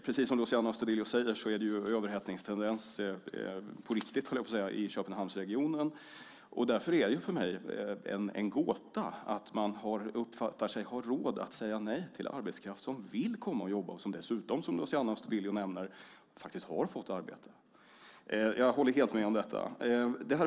Precis som Luciano Astudillo säger finns det överhettningstendenser - på riktigt, höll jag på att säga - i Köpenhamnsregionen. Därför är det för mig en gåta att man uppfattar sig ha råd att säga nej till arbetskraft som vill komma och jobba, och som dessutom, som Luciano Astudillo nämner, faktiskt fått arbete. Jag håller helt med om detta.